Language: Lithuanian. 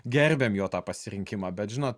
gerbiam jo tą pasirinkimą bet žinot